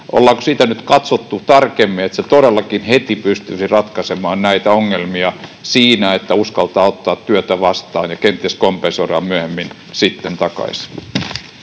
Ollaanko sitä nyt katsottu tarkemmin, että se todellakin heti pystyisi ratkaisemaan näitä ongelmia siinä, että uskaltaa ottaa työtä vastaan ja kenties kompensoidaan myöhemmin sitten takaisin?